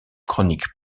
chronique